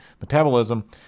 metabolism